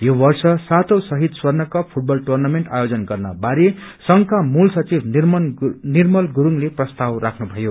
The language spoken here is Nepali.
यो वर्ष सातौं शहीद र्स्वण कम फुटबल टुर्नामेन्ट आयोजन गर्न बारे संघका मूल सचिव निर्मत गुरूङले प्रस्ताव राख्नु भयो